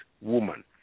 woman